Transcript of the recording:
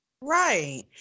Right